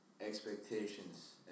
expectations